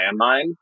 landmine